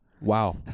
Wow